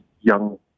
young